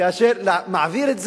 אבל אני, כאשר אתה מעביר את זה,